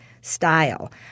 style